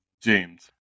James